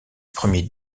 premier